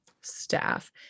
staff